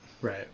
right